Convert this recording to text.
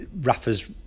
Rafa's